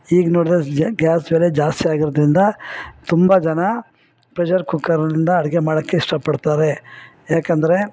ಈಗ ನೋಡಿದ್ರೆ ಜಾ ಗ್ಯಾಸ್ ಬೆಲೆ ಜಾಸ್ತಿ ಆಗಿರೋದರಿಂದ ತುಂಬ ಜನ ಪ್ರೆಷರ್ ಕುಕ್ಕರ್ನಿಂದ ಅಡಿಗೆ ಮಾಡಕ್ಕೆ ಇಷ್ಟಪಡ್ತಾರೆ ಯಾಕಂದರೆ